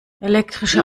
elektrische